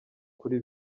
kuri